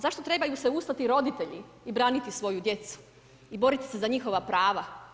Zašto trebaju se ustati roditelji i braniti svoju djecu i boriti se za njihova prava?